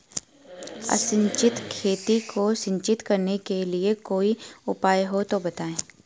असिंचित खेती को सिंचित करने के लिए कोई उपाय हो तो बताएं?